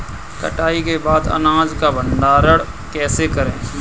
कटाई के बाद अनाज का भंडारण कैसे करें?